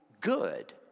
good